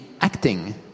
acting